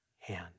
hand